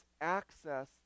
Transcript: access